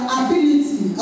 ability